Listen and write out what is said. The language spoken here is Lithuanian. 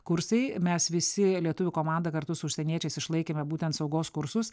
kursai mes visi lietuvių komanda kartu su užsieniečiais išlaikėme būtent saugos kursus